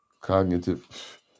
Cognitive